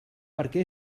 perquè